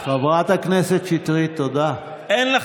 אתה יודע מה